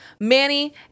Manny